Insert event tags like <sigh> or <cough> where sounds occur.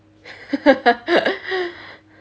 <laughs>